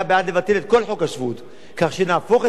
כך שנהפוך את זה עכשיו להרמת יד,